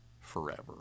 forever